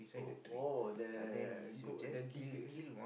oh oh the go the digger